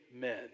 men